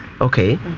Okay